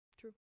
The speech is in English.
True